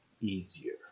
easier